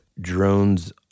drones